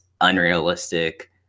unrealistic